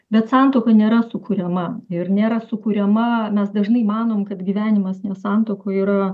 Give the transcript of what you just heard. bet santuoka nėra sukuriama ir nėra sukuriama mes dažnai manom kad gyvenimas ne santuokoj yra